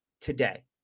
today